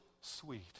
sweet